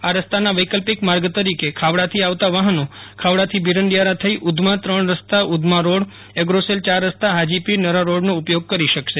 આ રસ્તાના વૈકલ્પિક માર્ગ તરીકે ખાવડાથી આવતાં વાહનો ખાવડાથી ભીરંડીયારા થઇ ઉઘમા ત્રણ રસ્તા ઉઘમા રોડ એગ્રોસેલ યાર રસ્તા હાજીપીર નરા રોડનો ઉપયોગ કરી શકશે